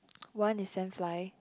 one is sand fly